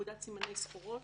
פקודת סימני סחורות,